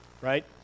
right